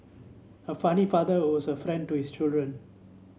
a funny father was a friend to his children